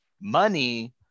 money